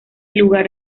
lugar